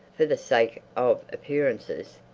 for the sake of appearances.